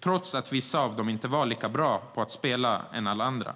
trots att vissa inte var lika bra på att spela som de andra?